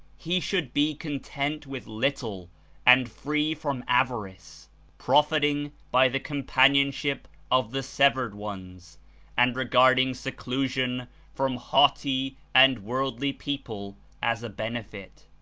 he should be content with little and free from avarice profiting by the companionship of the sev ered ones and regarding seclusion from haughty and wordly people as a benefit.